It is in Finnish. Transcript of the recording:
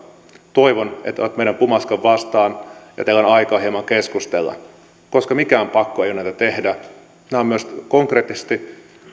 toivon että otatte meidän pumaskan vastaan ja teillä on aikaa hieman keskustella koska mikään pakko ei ole näitä tehdä nämä on myös konkreettisesti